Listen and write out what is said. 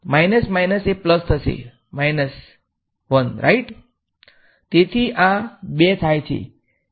minus minus એ plus થસે minus 1 રાઇટતેથી આ 2 થાય છે